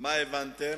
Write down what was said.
וההתפתחות